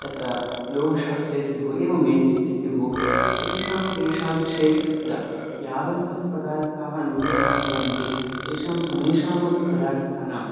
तत्र लोहशास्त्रे स्युः एवम् एकेऽपि स्युः तेषां तेषां क्षेत्रस्य यावन्तः पदार्थाः नूतनाः भवन्ति तेषां समेषामपि पदार्थानाम्